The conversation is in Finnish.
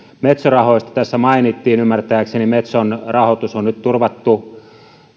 metso rahoista tässä mainittiin ymmärtääkseni metson rahoitus on nyt turvattu